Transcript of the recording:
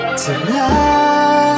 tonight